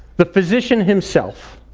the physician himself,